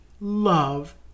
love